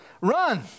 Run